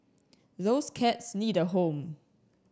those cats need a home